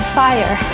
fire